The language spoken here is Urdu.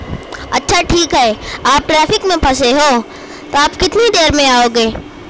اچھا ٹھیک ہے آپ ٹریفک میں پھنسے ہو تو آپ کتنی دیر میں آؤ گے